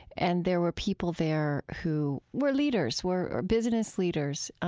and there were people there who were leaders, were business leaders,